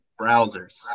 Browsers